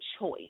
choice